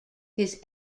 his